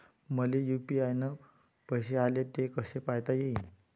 मले यू.पी.आय न पैसे आले, ते कसे पायता येईन?